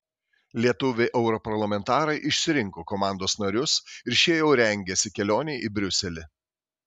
lietuviai europarlamentarai išsirinko komandos narius ir šie jau rengiasi kelionei į briuselį